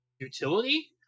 utility